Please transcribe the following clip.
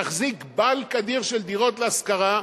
תחזיק bulk אדיר של דירות להשכרה,